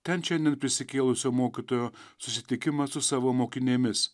ten šiandien prisikėlusio mokytojo susitikimas su savo mokinėmis